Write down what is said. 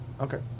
Okay